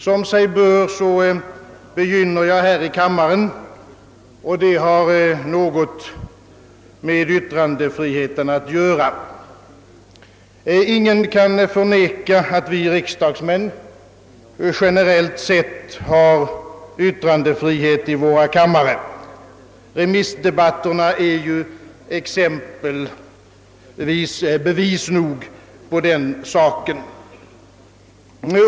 Som sig bör begynner jag här i kammaren, och det har något med yttrandefriheten att göra. Ingen kan förneka att vi riksdagsledamöter, generellt sett, har yttrandefrihet i våra kammare. Remissdebatterna är exempelvis bevis nog på den saken.